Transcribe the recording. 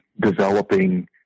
developing